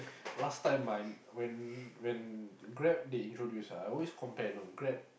last time my when when Grab they introduced ah I always compare you know Grab